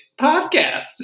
Podcast